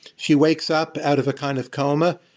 she wakes up out of a kind of coma,